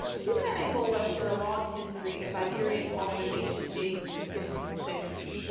um cuba and angola share a long history of iberian colonization, dating from the fifteenth century.